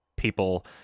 people